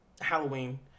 Halloween